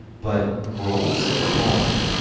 but rules at home.